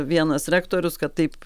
vienas rektorius kad taip